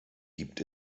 gibt